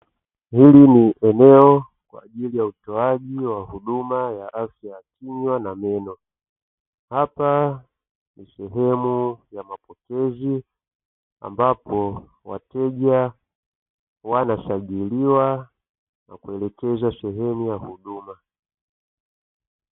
Hili ni eneo kwa ajili ya utoaji huduma ya afya ya kinywa na meno, hapa ni sehemu ya mapokezi ambapo wateja wanasajiliwa na kuelekezwa sehemu ya huduma.